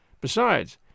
Besides